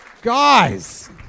Guys